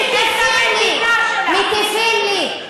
מטיפים לי,